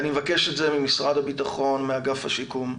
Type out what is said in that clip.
אני מבקש את זה ממשרד הביטחון, מאגף השיקום,